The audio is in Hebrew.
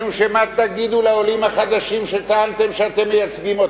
משום שמה תגידו לעולים החדשים שטענתם שאתם מייצגים?